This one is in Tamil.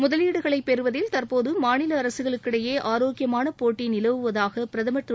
முதலீடுகளை பெறுவதில் தற்போது மாநில அரசுகளுக்கிடையே ஆரோக்கியமான போட்டி நிலவுவதாக பிரதமர் திரு